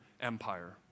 Empire